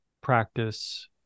practice